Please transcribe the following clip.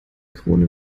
krone